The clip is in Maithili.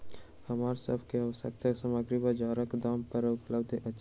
हमरा सभ के आवश्यक सामग्री बजारक दाम पर उपलबध अछि